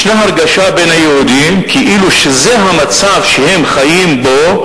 יש הרגשה בין היהודים כאילו זה המצב שהם חיים בו,